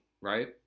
Right